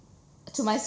to my